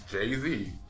Jay-Z